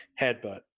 headbutt